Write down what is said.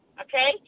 Okay